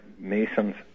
masons